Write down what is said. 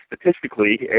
statistically